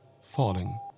falling